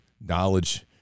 knowledge